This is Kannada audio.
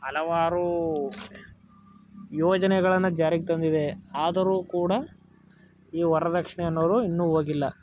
ಹಲವಾರು ಯೋಜನೆಗಳನ್ನು ಜಾರಿಗೆ ತಂದಿದೆ ಆದರೂ ಕೂಡ ಈ ವರ್ದಕ್ಷಿಣೆ ಅನ್ನೋದು ಇನ್ನೂ ಹೋಗಿಲ್ಲ